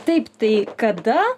taip tai kada